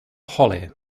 holly